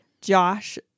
josh